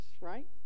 right